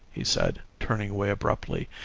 he said, turning away abruptly,